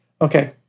Okay